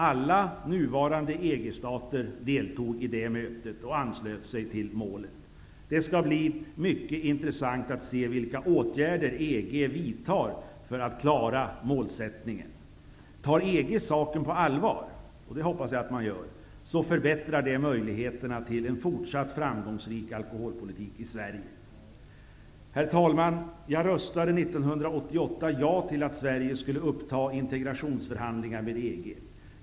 Alla nuvarande EG-stater deltog i mötet och anslöt sig till detta mål. Det skall bli mycket intressant att se vilka åtgärder man inom EG vidtar för att klara målet. Tar man inom EG saken på allvar -- och det hoppas jag att man gör -- förbättrar det möjligheterna till en fortsatt framgångsrik alkoholpolitik i Sverige. Herr talman! Jag röstade 1988 ja till att Sverige skulle uppta integrationsförhandlingar med EG.